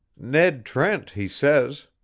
ned trent, he says.